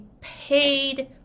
paid